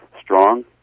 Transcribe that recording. strong